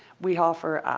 we offer,